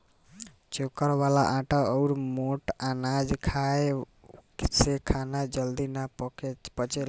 चोकर वाला आटा अउरी मोट अनाज खाए से खाना जल्दी ना पचेला